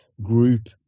group